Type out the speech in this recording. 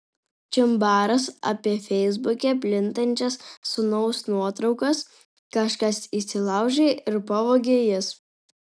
čimbaras apie feisbuke plintančias sūnaus nuotraukas kažkas įsilaužė ir pavogė jas